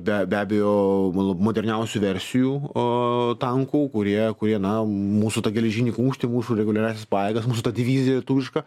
be be abejo mo moderniausių versijų tankų kurie kurie na mūsų tą geležinį kumštį mūsų reguliariąsias pajėgas mūsų tą diviziją lietuvišką